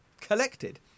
collected